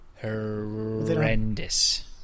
horrendous